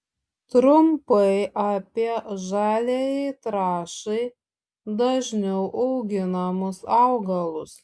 trumpai apie žaliajai trąšai dažniau auginamus augalus